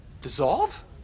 Dissolve